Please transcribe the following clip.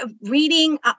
reading